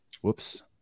whoops